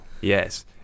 Yes